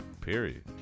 Period